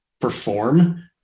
perform